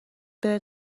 بره